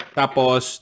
tapos